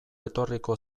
etorriko